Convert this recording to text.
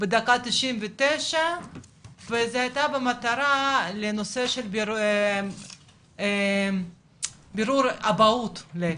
בדקה ה- 99 וזה היה במטרה לנושא של בירור אבהות למעשה,